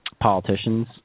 politicians